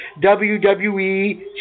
WWE